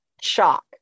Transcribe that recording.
shock